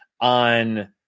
on